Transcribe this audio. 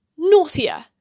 naughtier